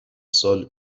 سال